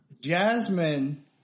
Jasmine